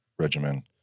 regimen